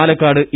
Palakkad E